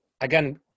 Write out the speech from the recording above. again